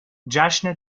جشن